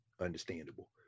understandable